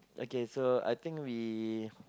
okay so I think we